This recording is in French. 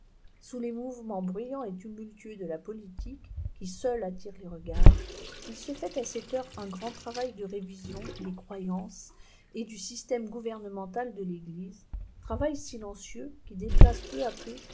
sous les mouvements bruyants et tumultueux de la politique qui seuls attirent les regards il se fait à cette heure un grand travail de révision des croyances et du système gouvernemental de l'eglise travail silencieux qui déplace peu à peu